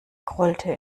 grollte